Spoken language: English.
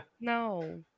No